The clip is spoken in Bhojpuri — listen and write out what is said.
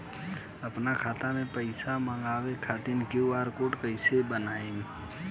आपन खाता मे पईसा मँगवावे खातिर क्यू.आर कोड कईसे बनाएम?